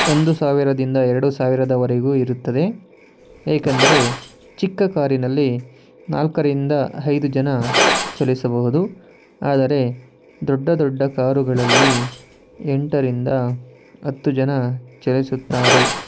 ಒಂದು ಸಾವಿರದಿಂದ ಎರಡು ಸಾವಿರದವರೆಗೂ ಇರುತ್ತದೆ ಏಕೆಂದರೆ ಚಿಕ್ಕ ಕಾರಿನಲ್ಲಿ ನಾಲ್ಕರಿಂದ ಐದು ಜನ ಚಲಿಸಬಹುದು ಆದರೆ ದೊಡ್ಡ ದೊಡ್ಡ ಕಾರುಗಳಲ್ಲಿ ಎಂಟರಿಂದ ಹತ್ತು ಜನ ಚಲಿಸುತ್ತಾರೆ